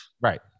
right